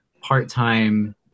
part-time